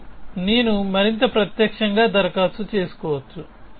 ఇప్పుడు నేను మరింత ప్రత్యక్షంగా దరఖాస్తు చేసుకోవచ్చు